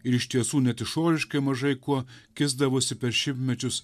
ir iš tiesų net išoriškai mažai kuo keisdavosi per šimtmečius